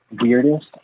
weirdest